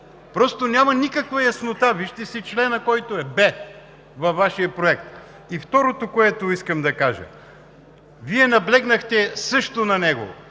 просто няма никаква яснота. Вижте си члена, който е „б“ във Вашия проект. И второто, което искам да кажа, Вие също наблегнахте също на него.